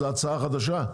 זו הצעה חדשה?